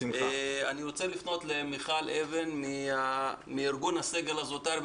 אני רוצה לפנות למיכל אבן מארגון הסגל הזוטר.